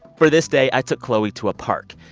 for this day, i took chloe to a park.